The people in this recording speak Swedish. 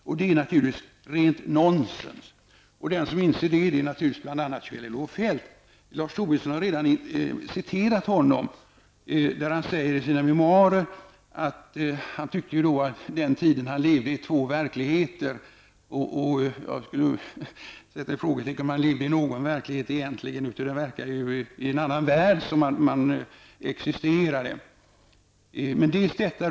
Detta är naturligtvis rent nonsens, och en som inser det är Kjell-Olof Feldt. Lars Tobisson har redan citerat honom. Kjell-Olof Feldt skriver i sina memoarer att han tyckte att han under den tiden levde i två verkligheter -- jag frågar mig om han egentligen levde i någon verklighet; han verkar ju snarare ha existerat i en annan värld.